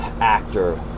actor